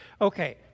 Okay